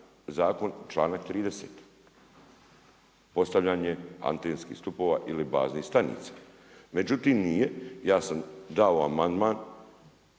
zakon članak 30, postavljanje antenskih stupova ili baznih stanica. Međutim nije, ja sam dao amandman,